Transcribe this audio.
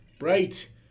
Right